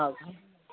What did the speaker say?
हो का